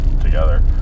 together